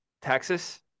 Texas